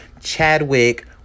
Chadwick